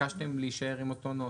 ביקשתם להישאר עם אותו נוסח.